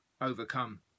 overcome